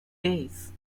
days